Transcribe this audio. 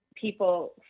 people